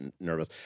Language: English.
nervous